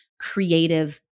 creative